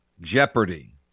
jeopardy